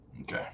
Okay